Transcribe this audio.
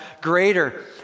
greater